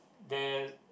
the